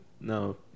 No